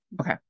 okay